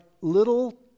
little